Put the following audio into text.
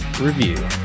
review